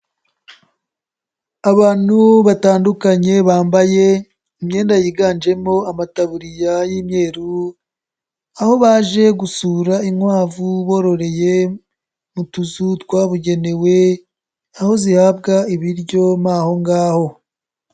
Abantu batandukanye bambaye imyenda yiganjemo amatabuririya y'imyeru, aho baje gusura inkwavu bororeye mu tuzu twabugenewe, aho zihabwa ibiryo muri aho ngaho.